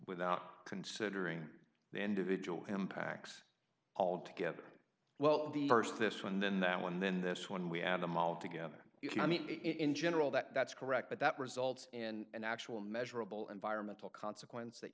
without considering the individual impacts all together well the st this one then that one then this when we add them all together you can mean in general that that's correct but that results in an actual measurable environmental consequence that